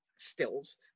stills